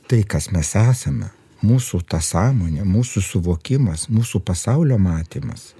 tai kas mes esame mūsų ta sąmonė mūsų suvokimas mūsų pasaulio matymas